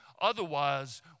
Otherwise